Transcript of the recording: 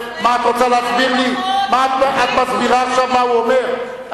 את רוצה להסביר לי, את מסבירה עכשיו מה הוא אומר?